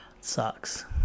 Sucks